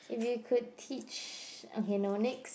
if you could teach okay no next